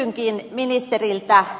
kysynkin ministeriltä